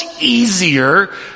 easier